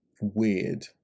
weird